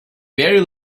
very